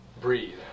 breathe